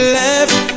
left